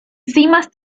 cimas